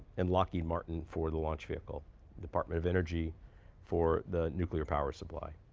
and lockheed martin for the launch vehicle, the department of energy for the nuclear power supply.